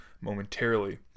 momentarily